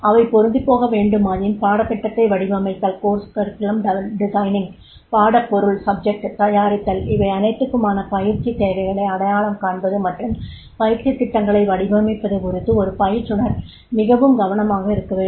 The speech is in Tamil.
அவை பொருந்திப்போகவேண்டுமாயின் பாடத்திட்டத்தை வடிவமைத்தல் பாடப்பொருள் தயாரித்தல் இவை அனைத்துக்குமான பயிற்சித் தேவைகளை அடையாளம் காண்பது மற்றும் பயிற்சி திட்டங்களை வடிவமைப்பது குறித்து ஒரு பயிற்றுனர் மிகவும் கவனமாக இருக்க வேண்டும்